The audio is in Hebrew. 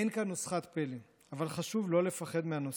אין כאן נוסחת פלא, אבל חשוב לא לפחד מהנושא.